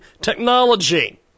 technology